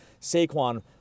Saquon